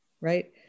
right